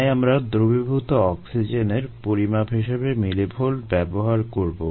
তাই আমরা দ্রবীভূত অক্সিজেনের পরিমাপ হিসেবে মিলিভোল্ট ব্যবহার করবো